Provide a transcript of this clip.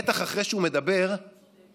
בטח אחרי שהוא מדבר בעד